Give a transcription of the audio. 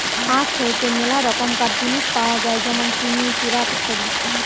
আখ হইতে মেলা রকমকার জিনিস পাওয় যায় যেমন চিনি, সিরাপ, ইত্যাদি